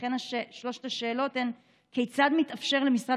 לכן שלוש השאלות הן: 1. כיצד מתאפשר למשרד